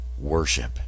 worship